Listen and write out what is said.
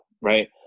right